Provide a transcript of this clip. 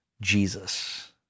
Jesus